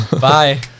Bye